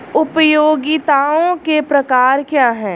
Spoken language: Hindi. उपयोगिताओं के प्रकार क्या हैं?